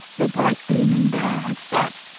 the bright-gleaming bear, had set,